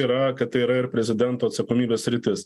yra kad tai yra ir prezidento atsakomybės sritis